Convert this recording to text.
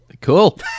Cool